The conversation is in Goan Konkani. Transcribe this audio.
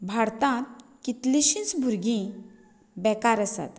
भारतांत कितलीशींच भुरगीं बेकार आसात